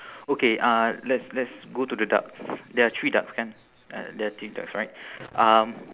okay uh let's let's go to the ducks there are three ducks kan uh there are three ducks right um